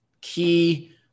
key